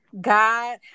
god